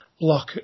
block